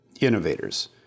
innovators